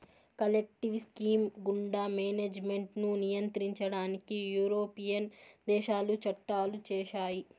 collective scheme గుండా management ను నియంత్రించడానికి యూరోపియన్ దేశాలు చట్టాలు చేశాయి